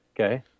okay